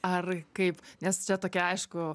ar kaip nes čia tokia aišku